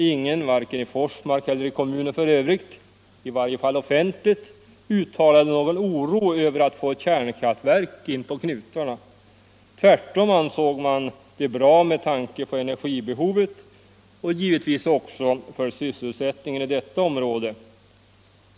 Ingen vare sig i Forsmark eller i kommunen f. ö. uttalade - i varje fall offentligt — någon oro över att få ett kärnkraftverk inpå knutarna. Tvärtom ansåg man det bra med tanke på energibehovet och givetvis också för sysselsättningen i detta område.